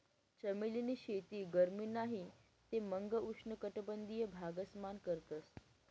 चमेली नी शेती गरमी नाही ते मंग उष्ण कटबंधिय भागस मान करतस